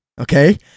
Okay